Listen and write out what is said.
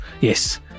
Yes